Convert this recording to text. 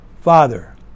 Father